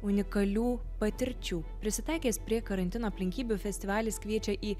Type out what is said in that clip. unikalių patirčių prisitaikęs prie karantino aplinkybių festivalis kviečia į